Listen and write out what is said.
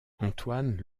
antoine